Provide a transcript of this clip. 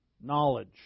knowledge